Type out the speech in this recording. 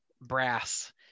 brass